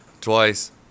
Twice